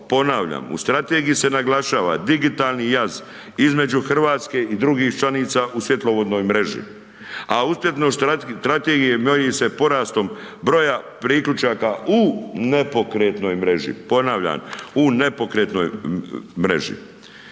Ponavljam u strategiji se naglašava, digitalni jaz između Hrvatske i drugih članica u svjetlovodnoj mreži, a uspješnost …/nerazumljivo/… strategije novim se porastom broja priključaka u nepokretnoj mreži, ponavljam u nepokretnoj mreži.